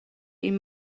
این